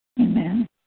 Amen